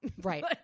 Right